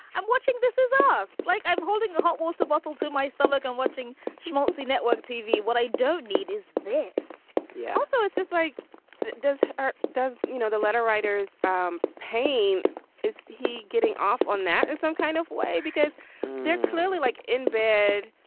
i'm watching. this is us like, i'm holding a hot water bottle to my stomach and watching schmaltzy network tv. what i don't need is this yeah. so it's just like it does or does, you know, the letter writers um pain is he getting off on that in some kind of way? because they're clearly like in bed,